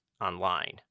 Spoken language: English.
online